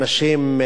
אנשים,